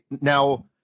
now